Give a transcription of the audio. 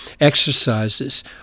exercises